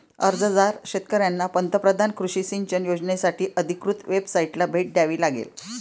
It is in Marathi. अर्जदार शेतकऱ्यांना पंतप्रधान कृषी सिंचन योजनासाठी अधिकृत वेबसाइटला भेट द्यावी लागेल